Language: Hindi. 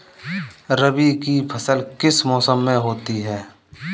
रबी की फसल किस मौसम में होती है?